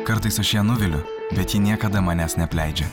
kartais aš ją nuviliu bet ji niekada manęs neapleidžia